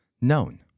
known